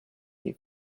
you